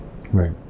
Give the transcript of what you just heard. right